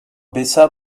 baissa